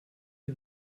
die